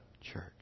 church